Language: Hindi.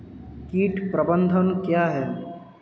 कीट प्रबंधन क्या है?